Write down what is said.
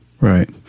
right